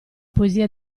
poesia